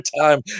time